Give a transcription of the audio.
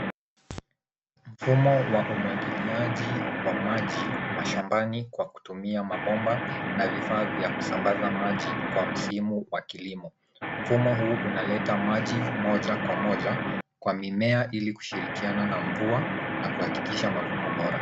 Mfumo wa umwagiliaji wa maji mashambani kwa kutumia mabomba na vifaa vya kusambaza maji kwa msimu wa kilimo. Mfumo huu unaleta maji moja kwa moja kwa mimea ili kushirikiana na mvua na kuhakikisha mavuno bora.